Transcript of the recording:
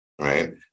right